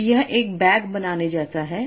तो यह एक बैग बनाने जैसा है